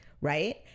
right